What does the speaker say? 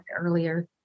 earlier